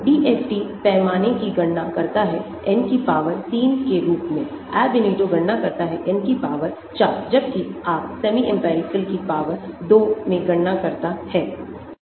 DFT पैमाने की गणना करता है N की पावर 3 के रूप में Ab initio गणना करता है N की पावर 4 जबकि आपका सेमी इंपिरिकल की पावर 2 में गणना करता है